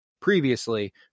previously